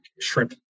shrimp